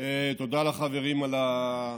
התחתונה, שמעת, גפני, תודה לחברים על ההתייחסות